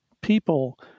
people